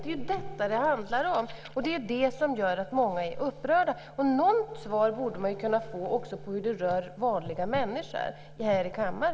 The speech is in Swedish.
Det är detta det handlar om. Det är ju det som gör att många är upprörda. Något svar borde man ju kunna få här i kammaren också på frågan hur det rör vanliga människor.